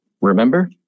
Remember